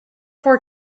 four